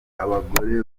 abagore